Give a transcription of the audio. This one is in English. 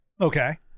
Okay